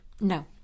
No